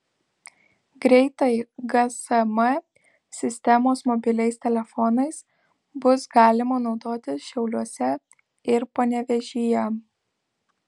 greitai gsm sistemos mobiliais telefonais bus galima naudotis šiauliuose ir panevėžyje